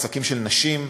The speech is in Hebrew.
עסקים של נשים,